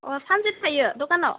अ सानसे थायो दखानाव